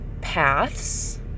paths